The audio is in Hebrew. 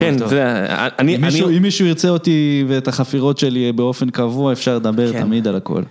אם מישהו ירצה אותי ואת החפירות שלי באופן קבוע, אפשר לדבר תמיד על הכל.